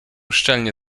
szczelnie